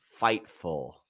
Fightful